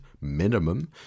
minimum